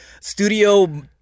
studio